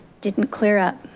didn't clear up.